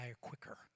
quicker